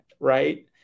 right